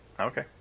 Okay